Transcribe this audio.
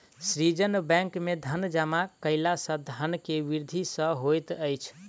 सृजन बैंक में धन जमा कयला सॅ धन के वृद्धि सॅ होइत अछि